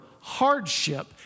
hardship